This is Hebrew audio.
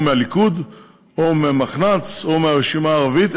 מהליכוד או מהמחנ"צ או מהרשימה הערבית,